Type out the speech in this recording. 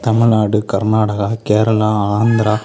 Tamil Nadu Karnataka Kerala Andhra